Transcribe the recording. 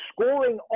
scoring